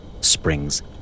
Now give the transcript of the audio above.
springs